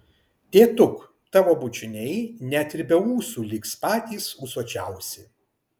tėtuk tavo bučiniai net ir be ūsų liks patys ūsuočiausi